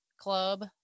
club